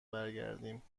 برگردیم